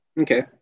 okay